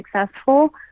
successful